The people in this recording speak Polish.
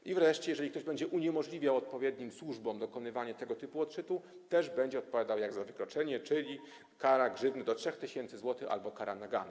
I wreszcie, jeżeli ktoś będzie uniemożliwiał odpowiednim służbom dokonywanie tego typu odczytu, też będzie odpowiadał jak za wykroczenie, czyli kara grzywny do 3 tys. zł albo kara nagany.